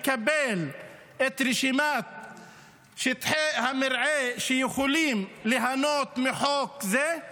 לקבל את רשימת שטחי המרעה שיכולים ליהנות מחוק זה,